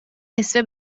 نصفه